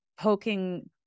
poking